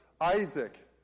Isaac